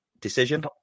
decision